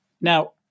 Now